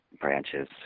branches